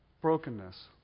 brokenness